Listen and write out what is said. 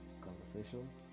Conversations